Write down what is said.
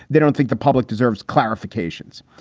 they don't think the public deserves clarifications.